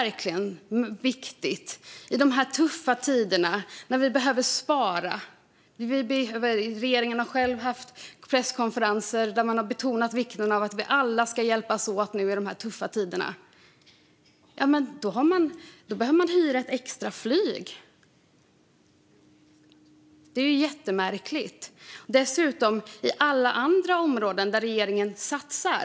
Regeringen har själv haft presskonferenser där man har betonat vikten av att vi alla hjälps åt under dessa tuffa tider. Att man då behöver hyra ett extra flyg är jättemärkligt. Är det verkligen viktigt i dessa tuffa tider då vi behöver spara?